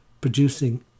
producing